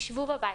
שבו בבית,